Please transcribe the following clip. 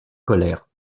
colère